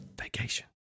Vacation